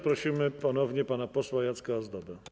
Prosimy ponownie pana posła Jacka Ozdobę.